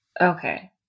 Okay